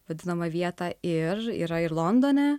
vadinamą vietą ir yra ir londone